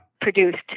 produced